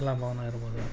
ಕಲಾಭವನ ಇರ್ಬೋದು